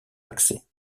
accès